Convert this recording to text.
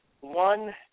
One